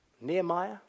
Nehemiah